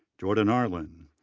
jordan arland,